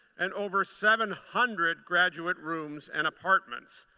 and over seven hundred graduate rooms and apartments.